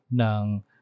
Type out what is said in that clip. ng